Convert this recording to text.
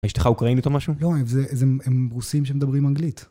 ‫אשתך אוקראינית או משהו? ‫-לא, הם רוסים שמדברים אנגלית.